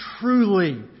truly